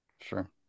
sure